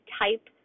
type